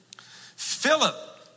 Philip